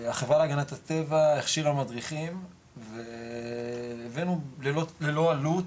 החברה להגנת הטבע הכשירה מדריכים והבאנו ללא עלות,